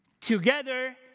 Together